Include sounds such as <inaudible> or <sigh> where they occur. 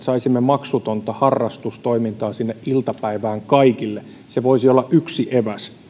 <unintelligible> saisimme maksutonta harrastustoimintaa sinne iltapäivään kaikille se voisi olla yksi eväs